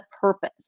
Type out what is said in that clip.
purpose